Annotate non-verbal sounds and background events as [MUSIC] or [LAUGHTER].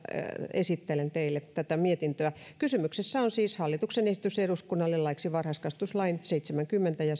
esittelen teille tätä mietintöä kysymyksessä on siis hallituksen esitys eduskunnalle laiksi varhaiskasvatuslain seitsemännenkymmenennen ja [UNINTELLIGIBLE]